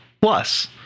plus